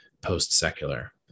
post-secular